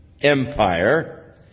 empire